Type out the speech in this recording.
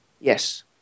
Yes